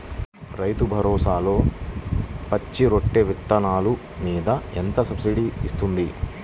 రైతు భరోసాలో పచ్చి రొట్టె విత్తనాలు మీద ఎంత సబ్సిడీ ఇస్తుంది?